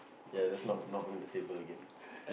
ya just knock knock on the table again